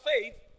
faith